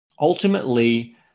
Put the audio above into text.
Ultimately